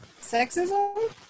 sexism